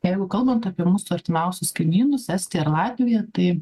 jeigu kalbant apie mūsų artimiausius kaimynus estiją ir latviją tai